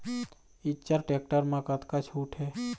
Eicher tractor म कतका छूट हे?